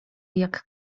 jak